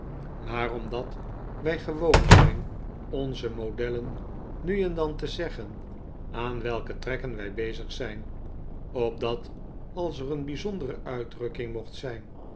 maar omdat wij gewoon zijn onze modellen nu en dan te zeggen aan welke trekken wij bezig zijn opdat als er een bijzondere uitdrukking mocht zijn